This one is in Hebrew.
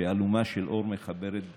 שאלומה של אור מחברת בינינו,